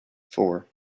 four